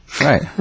Right